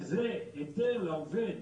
שזה היתר לעובד